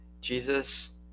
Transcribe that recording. Jesus